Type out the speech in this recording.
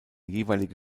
jeweilige